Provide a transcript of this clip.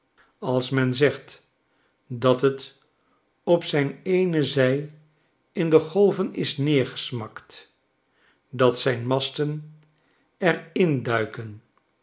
als men zegt dat het op zijn eene zij in de golven is neergesmakt dat zijn masten er